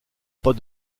pas